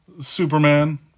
Superman